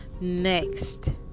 next